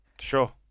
Sure